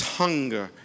hunger